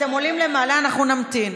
אתם עולים למעלה, אנחנו נמתין.